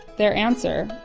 their answer,